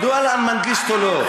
מדוע על מנגיסטו לא?